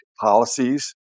policies